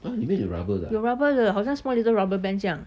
有 rubber 的好像 small little rubber band 这样